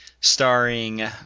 starring